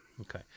Okay